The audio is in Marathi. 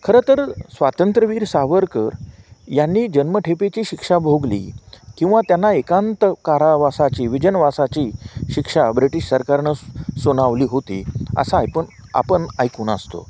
खरं तर स्वातंत्र्यवीर सावरकर यांनी जन्मठेपेची शिक्षा भोगली किंवा त्यांना एकांत कारावासाची विजनवासाची शिक्षा ब्रिटिश सरकारनं सुनावली होती असा ऐकून आपण ऐकून असतो